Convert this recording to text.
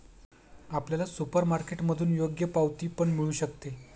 आपल्याला सुपरमार्केटमधून योग्य पावती पण मिळू शकते